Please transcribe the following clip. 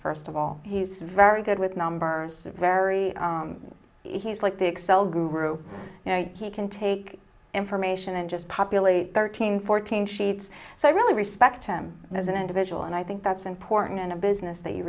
first of all he's very good with numbers very he's like the excel guru he can take information and just populate thirteen fourteen sheets so i really respect him as an individual and i think that's important in a business that you